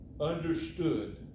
understood